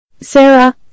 Sarah